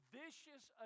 vicious